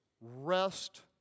Rest